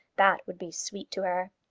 that would be sweet to her!